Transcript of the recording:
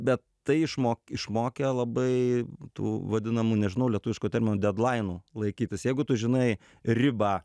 bet tai išmo išmokė labai tų vadinamų nežinau lietuviško termino dedlainų laikytis jeigu tu žinai ribą